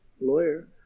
lawyer